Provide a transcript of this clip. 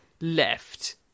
left